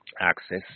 access